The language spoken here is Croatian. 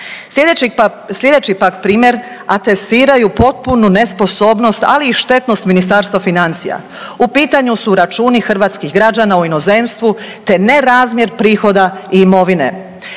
Sljedeći pak primjer atestiraju potpunu nesposobnost ali i štetnost Ministarstva financija. U pitanju su računi hrvatskih građana u inozemstvu, te nerazmjer prihoda i imovine.